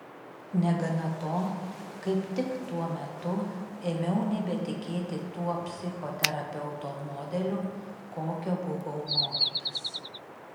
negana to kaip tik tuo metu ėmiau nebetikėti tuo psichoterapeuto modeliu kokio buvau mokytas